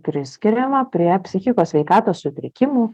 priskiriama prie psichikos sveikatos sutrikimų